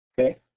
okay